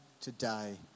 today